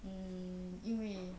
mm 因为